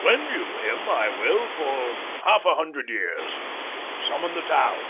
lend you him i will for half a hundred years summon the town.